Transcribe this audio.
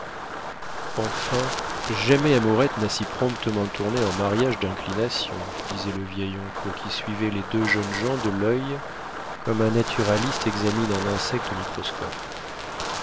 enfin jamais amourette n'a si promptement tourné en mariage d'inclination disait le vieil oncle qui suivait les deux jeunes gens de l'oeil comme un naturaliste examine un insecte au microscope